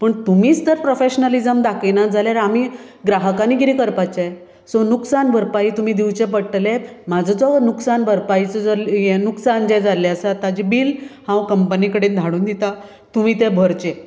पूण तुमीच तर प्रोफेशनलीझम दाखयना जाल्यार आमी ग्राहकांनी कितें करपाचें सो लुकसाण भरपाई तुमी दिवचें पडटलें म्हाजो जो लुकसाण भरपाईचो जो हें नुकसान जें जाल्लें आसा ताजें बील हांव कंपनी कडेन धाडून दितात तुमी तें भरचें